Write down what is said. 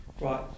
Right